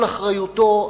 על אחריותו,